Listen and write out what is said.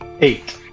Eight